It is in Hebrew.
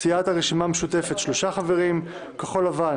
סיעת הרשימה המשותפת שלושה חברים, כחול לבן